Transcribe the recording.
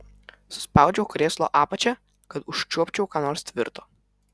suspaudžiau krėslo apačią kad užčiuopčiau ką nors tvirto